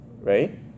right